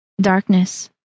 Darkness